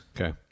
Okay